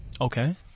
Okay